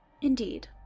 Indeed